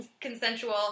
Consensual